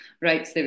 Right